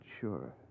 sure